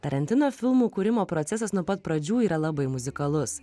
tarantino filmų kūrimo procesas nuo pat pradžių yra labai muzikalus